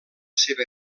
seva